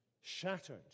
shattered